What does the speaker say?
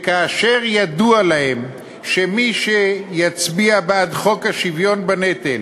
כאשר ידוע להם שמי שיצביע בעד חוק השוויון בנטל,